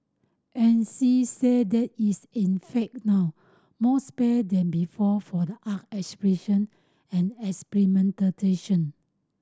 and she said there is in fact now more space than before for the art expression and experimentation